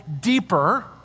deeper